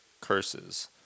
curses